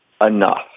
enough